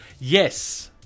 Yes